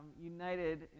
united